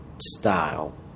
style